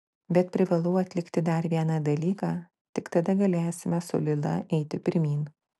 bet privalau atlikti dar vieną dalyką tik tada galėsime su lila eiti pirmyn